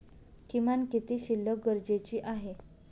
किमान किती शिल्लक गरजेची आहे?